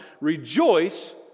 Rejoice